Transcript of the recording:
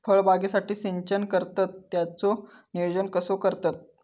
फळबागेसाठी सिंचन करतत त्याचो नियोजन कसो करतत?